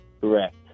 Correct